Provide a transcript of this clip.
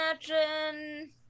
imagine